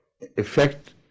effect